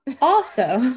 Also-